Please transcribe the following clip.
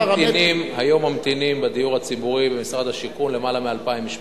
היום ממתינים לדיור הציבורי במשרד השיכון יותר מ-2,000 משפחות.